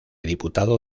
diputado